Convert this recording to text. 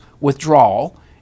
withdrawal